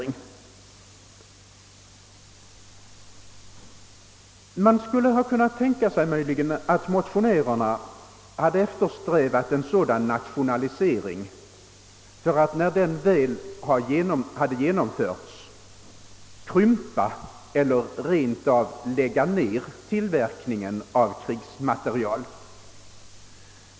Man skulle möjligen ha kunnat tänka sig att motionärerna eftersträvat en sådan nationalisering för att, när den väl genomförts, krympa eller rent av lägga ned tillverkningen av krigsmateriel.